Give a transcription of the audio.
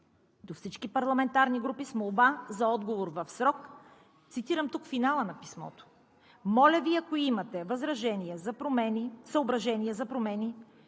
до всички парламентарни групи с молба за отговор в срок. Цитирам тук финала на писмото: „Моля Ви, ако имате съображения за промени